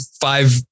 five